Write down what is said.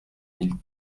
mille